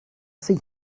see